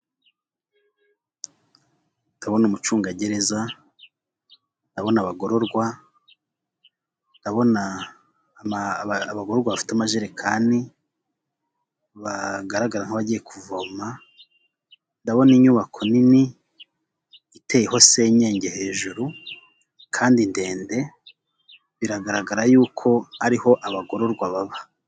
Ndabona umucungagereza, ndabona abagororwa, ndabona abagororwa bafite amajerekani bagaragara nka bagiye kuvoma, ndabona inyubako nini iteyeho senyenge hejuru kandi ndende, biragaragara yuko ariho abagororwa baba.